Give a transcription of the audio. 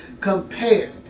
compared